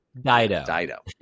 Dido